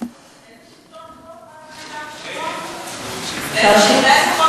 איזה שלטון חוק, אפשר להשיב, אדוני היושב-ראש?